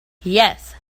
yes